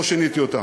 לא שיניתי אותם.